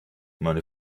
meine